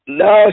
no